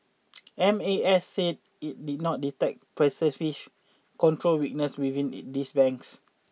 M A S said it did not detect pervasive control weaknesses within these banks